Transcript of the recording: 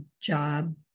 job